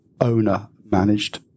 owner-managed